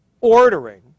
ordering